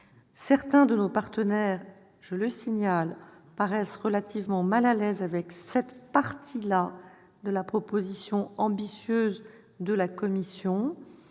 Certains de nos partenaires paraissent relativement mal à l'aise avec cette partie précise de la proposition ambitieuse de la Commission